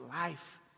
life